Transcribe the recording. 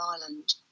island